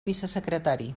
vicesecretari